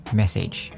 message